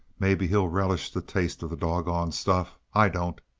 maybe he'll relish the taste of the doggone stuff i don't.